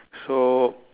so